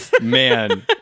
man